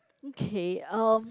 okay um